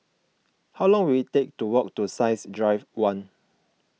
how long will it take to walk to Science Drive one